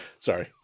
Sorry